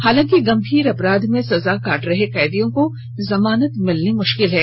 हालांकि गंभीर अपराध में सजा काट रहे कैदियों को जमानत मिलनी मुश्किल है